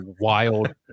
wild